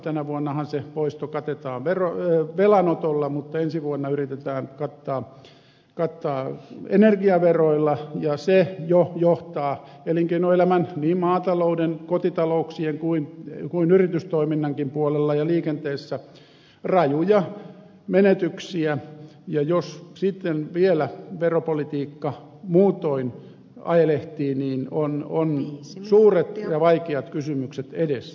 tänä vuonnahan se poisto katetaan velanotolla mutta ensi vuonna yritetään kattaa energiaveroilla ja se jo johtaa elinkeinoelämässä niin maatalouden kotitalouksien kuin yritystoiminnankin puolella ja liikenteessä rajuihin menetyksiin ja jos sitten vielä veropolitiikka muutoin ajelehtii niin on suuret ja vaikeat kysymykset edessä